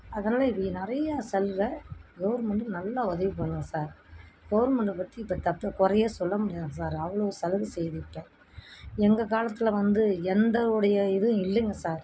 அதனால் இப்படி நிறையா சலுகை கவுர்மெண்டு நல்லா உதவி பண்ணுது சார் கவுர்மெண்டை பற்றி இப்போ தப்பு குறையே சொல்ல முடியாதாம் சார் அவ்வளோ சலுகை செய்யுது இப்போ எங்கள் காலத்தில் வந்து எந்த உடைய இதுவும் இல்லைங்க சார்